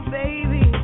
baby